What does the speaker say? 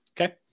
Okay